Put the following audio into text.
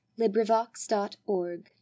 LibriVox.org